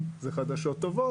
זה חדשות טובות.